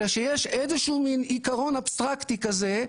אלא שיש איזשהו מין עיקרון אבסטרקטי כזה,